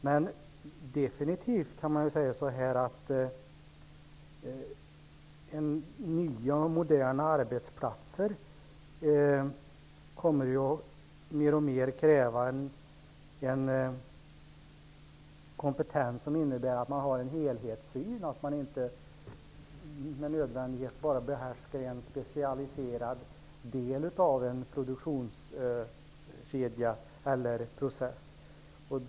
Men man kan definitivt säga att nya och moderna arbetsplatser alltmer kommer att kräva en kompetens som innebär en helhetssyn, att människor inte bara behärskar en specialiserad del av en produktionskedja eller process.